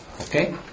Okay